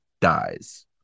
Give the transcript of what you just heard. dies